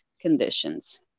conditions